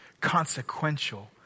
consequential